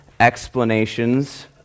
explanations